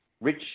Rich